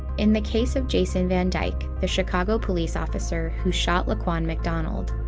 in the case of jason van dyke, the chicago police officer who shot laquan mcdonald,